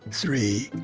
three,